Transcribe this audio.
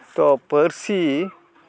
ᱛᱚ ᱯᱟᱹᱨᱥᱤ